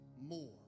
More